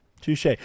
Touche